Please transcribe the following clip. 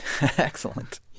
Excellent